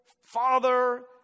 father